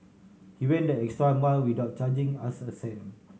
he went the extra mile without charging us a cent